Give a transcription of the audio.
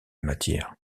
matière